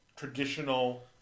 Traditional